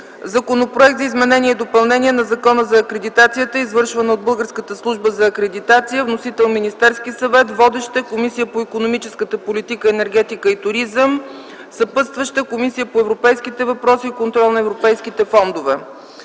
Законопроект за изменение и допълнение на Закона за акредитацията, извършвана от Българската служба за акредитация. Вносител е Министерският съвет. Водеща е Комисията по икономическата политика, енергетиката и туризма, съпътстваща е Комисията по европейските въпроси и контрол на европейските фондове.